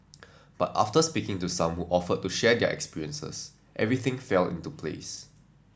but after speaking to some who offered to share their experiences everything fell into place